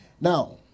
Now